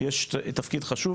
להן תפקיד חשוב.